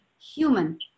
human